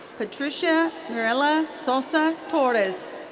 patricia mirella sosa torres.